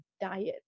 diet